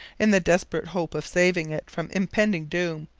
in the desperate hope of saving it from impending doom,